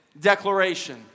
declaration